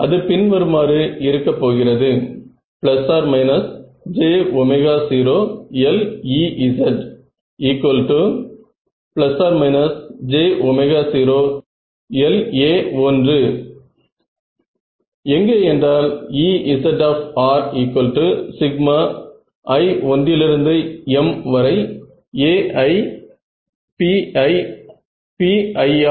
அது பின்வருமாறு இருக்க போகிறது j0lEzj0la1 எங்கே என்றால் Ezi1maiPi